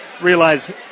realize